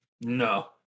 no